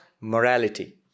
morality